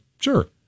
sure